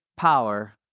Power